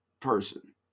person